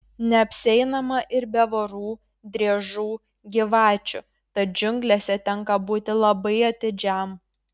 neapsieinama ir be vorų driežų gyvačių tad džiunglėse tenka būti labai atidžiam